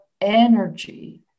energy